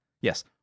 Yes